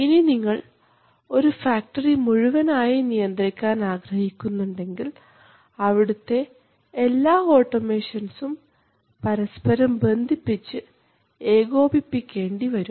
ഇനി നിങ്ങൾ ഒരു ഫാക്ടറി മുഴുവൻ ആയി നിയന്ത്രിക്കാൻ ആഗ്രഹിക്കുന്നുണ്ടെങ്കിൽ അവിടുത്തെ എല്ലാ ഓട്ടോമേഷൻസ്ഉം പരസ്പരം ബന്ധിപ്പിച്ചു ഏകോപിപ്പിക്കണ്ടിവരും